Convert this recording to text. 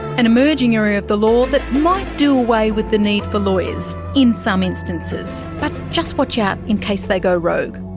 an emerging area of the law that might do away with the need for lawyers in some instances, but just watch out in case they go rogue.